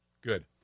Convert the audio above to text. good